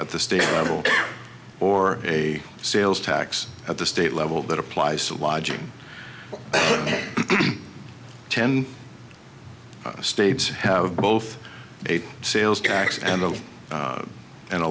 at the state level or a sales tax at the state level that applies to lodging in ten states have both a sales tax and a and a